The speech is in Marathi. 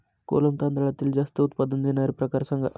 कोलम तांदळातील जास्त उत्पादन देणारे प्रकार सांगा